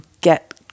get